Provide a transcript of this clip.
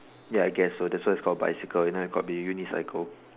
ya I guess so that's why it's called bicycle if not it's called be unicycle